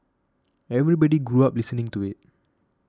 everybody grew up listening to it